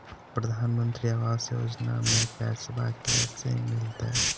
प्रधानमंत्री आवास योजना में पैसबा कैसे मिलते?